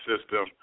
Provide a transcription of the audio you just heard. system